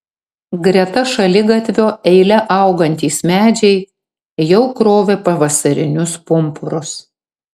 greta šaligatvio eile augantys medžiai jau krovė pavasarinius pumpurus